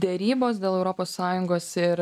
derybos dėl europos sąjungos ir